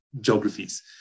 geographies